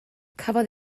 cafodd